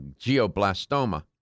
geoblastoma